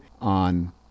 on